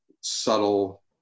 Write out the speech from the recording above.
subtle